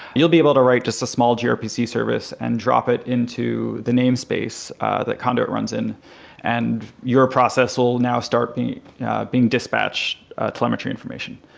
you'll be able to write just a small grpc service and drop it into the namespace that conduit runs in and your process will now start being being dispatched telemetry information.